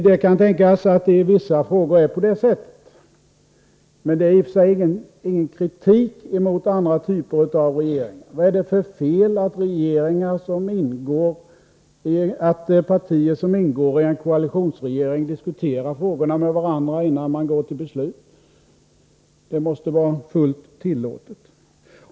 Det kan tänkas att det i vissafrågor är på det sättet, men det är i och för sig ingen kritik mot andra typer av regeringar. Vad är det för fel att partier som ingår i en koalitionsregering diskuterar frågorna med varandra innan man går till beslut? Det måste vara fullt tillåtet.